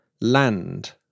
land